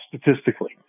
statistically